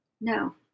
No